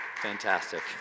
Fantastic